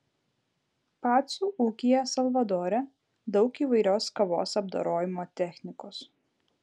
pacų ūkyje salvadore daug įvairios kavos apdorojimo technikos